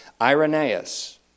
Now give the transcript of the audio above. Irenaeus